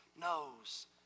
knows